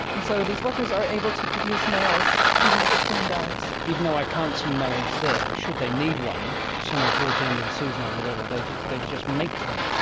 and so these workers are able to produce males, even if the queen dies. even though i can't see males there, should they need one somewhere towards the end of the season or whenever, they they just make them.